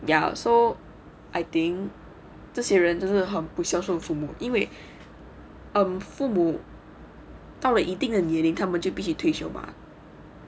ya so I think 这些人真的很不孝顺父母因为 um 父母到了一定的年龄他们就必须退休 mah